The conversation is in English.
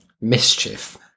mischief